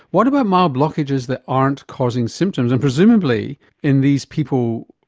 what about mild blockages that aren't causing symptoms? and presumably in these people,